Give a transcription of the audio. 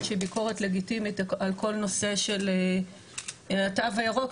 לביקורת שהיא ביקורת לגיטימית על כל נושא של התו הירוק,